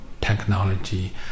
technology